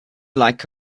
like